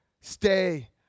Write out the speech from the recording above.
stay